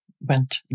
went